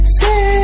say